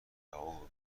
رها